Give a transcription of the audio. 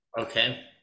Okay